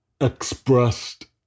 expressed